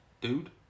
Dude